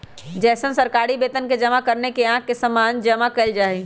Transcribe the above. जैसन सरकारी वेतन के जमा करने में आँख के सामने जमा कइल जाहई